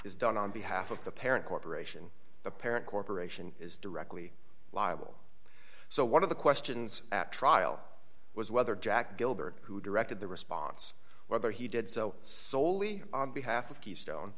is done on behalf of the parent corporation the parent corporation is directly liable so one of the questions at trial was whether jack gilbert who directed the response whether he did so soley on behalf of keystone